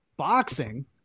Boxing